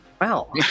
wow